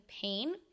pain